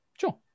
Sure